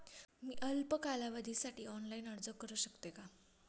मी अल्प कालावधीसाठी ऑनलाइन अर्ज करू शकते का?